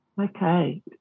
Okay